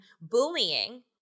bullying